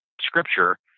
Scripture